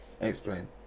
Explain